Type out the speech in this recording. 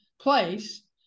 place